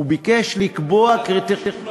הוא ביקש לקבוע קריטריונים.